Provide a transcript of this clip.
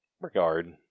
regard